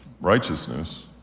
righteousness